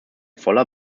voller